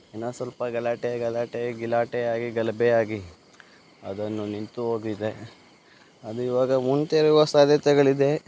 ಏನೋ ಸ್ವಲ್ಪ ಗಲಾಟೆ ಗಲಾಟೆ ಗಿಲಾಟೆ ಆಗಿ ಗಲಭೆ ಆಗಿ ಅದನ್ನು ನಿಂತು ಹೋಗಿದೆ ಅದು ಈ ವಾಗ ಮುಂತೆರೆಯುವ ಸಾಧ್ಯತೆಗಳಿದೆ